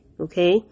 okay